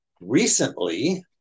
recently